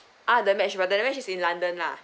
ah the match where the match is in london lah